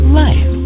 life